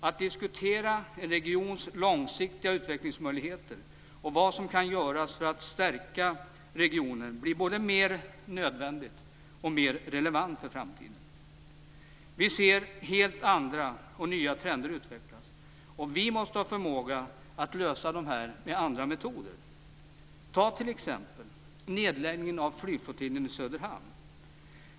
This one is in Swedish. Att diskutera en regions långsiktiga utvecklingsmöjligheter och vad som kan göras för att stärka regionen blir både mer nödvändigt och mer relevant för framtiden. Vi ser helt andra och nya trender utvecklas, och vi måste ha förmåga att lösa det här med andra metoder. Ta t.ex. nedläggningen av flygflottiljen i Söderhamn.